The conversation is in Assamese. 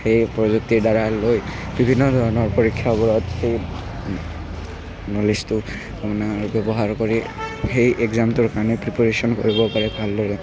সেই প্ৰযুক্তিৰ দ্বাৰা লৈ বিভিন্ন ধৰণৰ পৰীক্ষাবোৰত সেই নলেজটো আপোনাৰ ব্যৱহাৰ কৰি সেই এক্সামটোৰ কাৰণে প্ৰিপেয়াৰেচন কৰিব পাৰে ভালদৰে